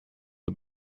are